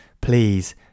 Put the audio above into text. Please